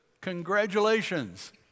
Congratulations